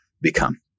become